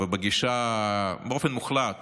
ובאופן מוחלט